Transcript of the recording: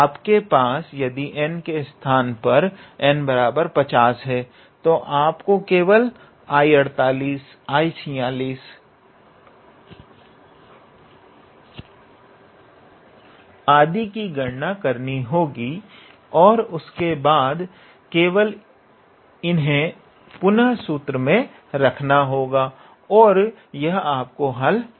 आपके पास यदि n के स्थान पर n50 हे तो आपको केवल 𝐼48 𝐼46 आदि की गणना करनी होगी और उसके बाद केवल इन्हें पुनः सूत्र में रखना होगा और यह आपको आपका हल प्रदान कर देगा